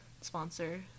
sponsor